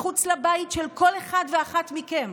מחוץ לבית של כל אחד ואחת מכם,